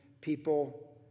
people